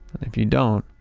if you don't,